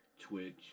Twitch